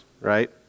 right